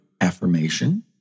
affirmation